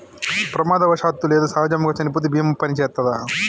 ప్రమాదవశాత్తు లేదా సహజముగా చనిపోతే బీమా పనిచేత్తదా?